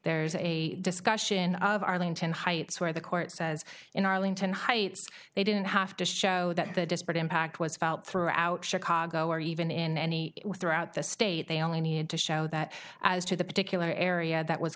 there's a discussion of arlington heights where the court says in arlington heights they didn't have to show that the disparate impact was felt throughout chicago or even in any throughout the state they only needed to show that as to the particular area that was